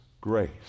grace